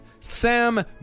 Sam